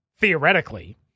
theoretically